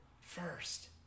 first